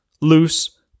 loose